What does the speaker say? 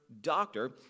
doctor